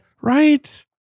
Right